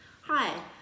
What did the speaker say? Hi